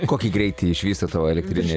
kokį greitį išvysto tavo elektrinė